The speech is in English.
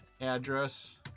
address